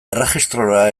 erregistrora